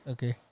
Okay